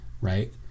right